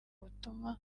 butuma